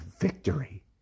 victory